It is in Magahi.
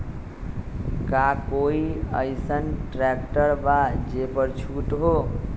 का कोइ अईसन ट्रैक्टर बा जे पर छूट हो?